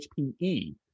HPE